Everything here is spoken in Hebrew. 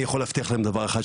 אני יכול להבטיח להם דבר אחד,